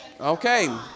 Okay